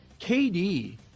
KD